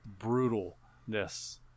brutalness